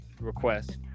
request